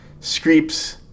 Screeps